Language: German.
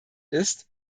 ist